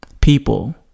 people